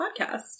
Podcast